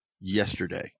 yesterday